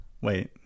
wait